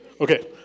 Okay